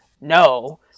no